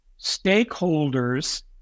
stakeholders